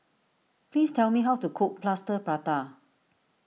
please tell me how to cook Plaster Prata